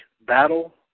Battle